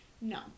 no